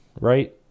right